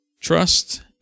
trust